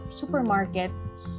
supermarkets